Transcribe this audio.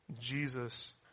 Jesus